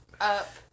up